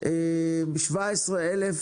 17 אלף